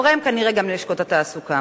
והוריהם, כנראה גם ללשכות התעסוקה.